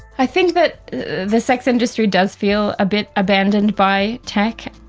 i think that the sex industry does feel a bit abandoned by tech,